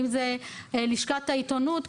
אם זה לשכת העיתונות,